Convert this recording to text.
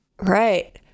Right